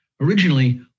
originally